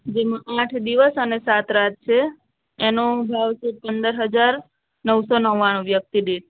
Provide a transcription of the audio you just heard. એમાં આઠ દિવસ ને સાત રાત છે એનો ભાવ છે પંદર હજાર નવસો નવ્વાણું વ્યક્તિ દીઠ